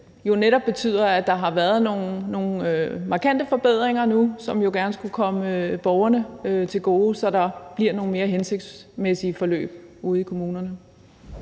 netop betyder, at der bliver nogle markante forbedringer nu, som gerne skulle komme borgerne til gode, så der bliver nogle mere hensigtsmæssige forløb ude i kommunerne.